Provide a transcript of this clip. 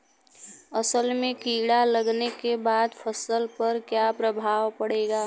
असल में कीड़ा लगने के बाद फसल पर क्या प्रभाव पड़ेगा?